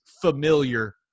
familiar